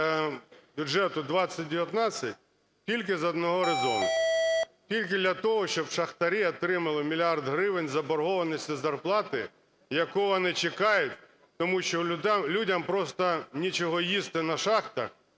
бюджету 2019 тільки з одного резону – тільки для того, щоб шахтарі отримали мільярд гривень з заборгованості зарплати, яку вони чекають, тому що людям просто нічого їсти на шахтах,